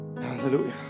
Hallelujah